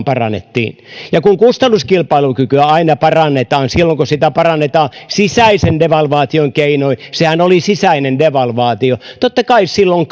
parannettiin ja kun kustannuskilpailukykyä parannetaan aina silloin kun kilpailukykyä parannetaan sisäisen devalvaation keinoin sehän oli sisäinen devalvaatio totta kai silloin